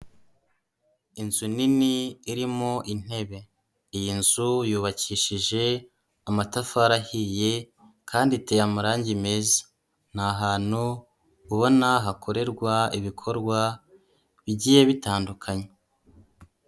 Inzu nini, irimo intebe. Iyi nzu, yubakishije amatafari ahiye kandi iteye amarangi meza. Ni ahantu ubona hakorerwa ibikorwa bigiye bitandukanye.